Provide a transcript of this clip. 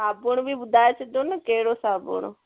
साबुण बि ॿुधाइ छॾिजो न कहिड़ो साबुण